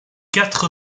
quatre